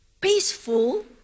peaceful